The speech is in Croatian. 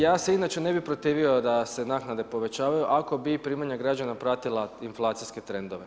Ja se inače ne bih protivio da se naknade povećavaju ako bi primanja građana pratila inflacijske trendove.